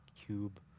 Cube